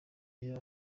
iyo